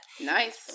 Nice